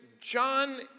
John